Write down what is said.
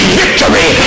victory